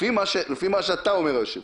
לפי מה שאתה אומר, היושב=ראש,